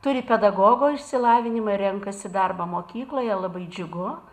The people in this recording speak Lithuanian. turi pedagogo išsilavinimą ir renkasi darbą mokykloje labai džiugu